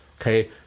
Okay